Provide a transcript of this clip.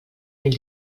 mil